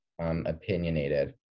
opinionated